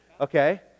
okay